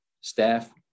staff